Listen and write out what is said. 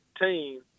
team